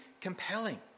compelling